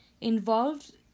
Involved